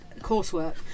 coursework